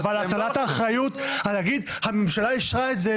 אבל הטלת האחריות ולהגיד ש"הממשלה אישרה את זה",